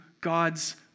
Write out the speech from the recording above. God's